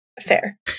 Fair